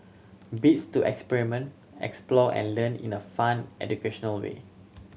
bits to experiment explore and learn in a fun educational way